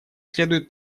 следует